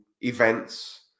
events